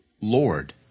Lord